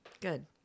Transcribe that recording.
Good